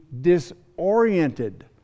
disoriented